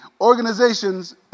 organizations